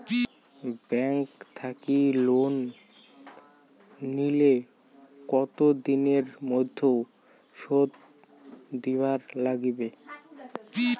Bank থাকি loan নিলে কতো দিনের মধ্যে শোধ দিবার নাগিবে?